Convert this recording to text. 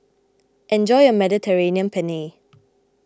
enjoy your Mediterranean Penne